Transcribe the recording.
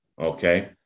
okay